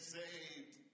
saved